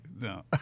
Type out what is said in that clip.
No